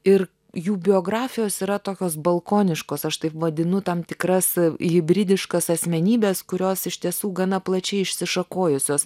ir jų biografijos yra tokios balkaniškos aš taip vadinu tam tikras hibridiškas asmenybes kurios iš tiesų gana plačiai išsišakojusios